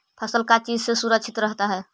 फसल का चीज से सुरक्षित रहता है?